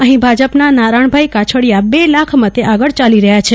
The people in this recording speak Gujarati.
અહીં ભાજપના નારણભાઈ કાછડિયા બે લાખ મતે આગળ ચાલી રહ્યા છે